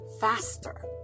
faster